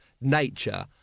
nature